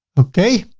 okay.